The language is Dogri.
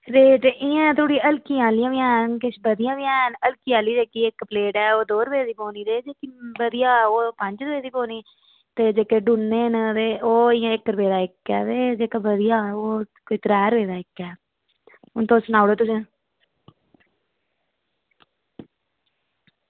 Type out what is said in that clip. रेट इंया किश हल्कियां आह्लियां बी हैन किश बधिया बी हैन हल्की आह्ली जेह्की इक्क प्लेट ऐ ओह् दौ रपे दी पौंदी जेह्ड़ी बधियां ओह् पंज रपे दी पौनी ते जेह्ड़े डूनै न ओह् इंया इक्क रपे दा इक्क ते जेह्का बधिया ओह् त्रै रपे दा इक्क हून तुस सनाओ तुसें